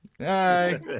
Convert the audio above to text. Hi